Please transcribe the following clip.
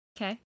Okay